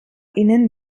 ihnen